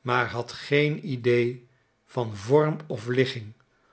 maar had geen idee van vorm of ligging